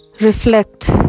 reflect